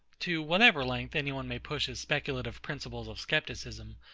to whatever length any one may push his speculative principles of scepticism,